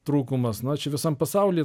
trūkumas na čia visam pasauly